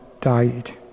died